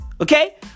Okay